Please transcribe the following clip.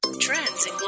Trends